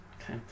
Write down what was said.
okay